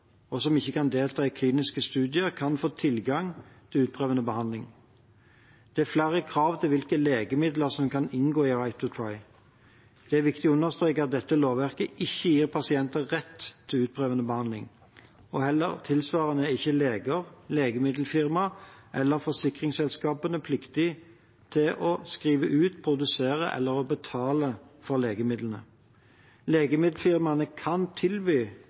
og som ikke kan delta i kliniske studier, kan få tilgang til utprøvende behandling. Det er flere krav til hvilke legemidler som kan inngå i «right to try». Det er viktig å understreke at dette lovverket ikke gir pasienter rett til utprøvende behandling, og tilsvarende er ikke leger, legemiddelfirmaer eller forsikringsselskaper pliktige til å skrive ut, produsere eller betale for legemidlene. Legemiddelfirmaene kan tilby